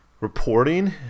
reporting